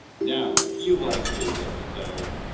now, if you liked today's episode,